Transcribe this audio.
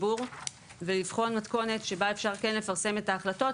ציבור ויבחן מתכונת שבה כן אפשר לפרסם את ההחלטות,